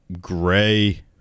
gray